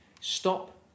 stop